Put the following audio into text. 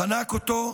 חנק אותו,